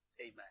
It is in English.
Amen